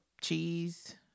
Cheese